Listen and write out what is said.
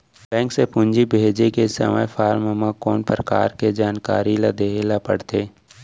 Bank से पूंजी भेजे के समय फॉर्म म कौन परकार के जानकारी ल दे ला पड़थे?